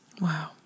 Wow